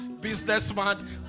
businessman